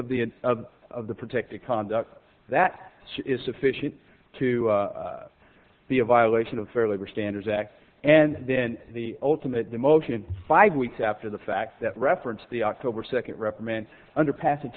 of the end of the protected conduct that is sufficient to be a violation of fair labor standards act and then the ultimate demotion five weeks after the fact that reference the october second reprimand underpass